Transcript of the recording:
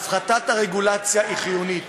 הפחתת הרגולציה היא חיונית,